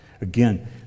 Again